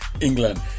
England